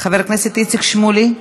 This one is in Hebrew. חבר הכנסת איציק שמולי,